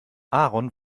aaron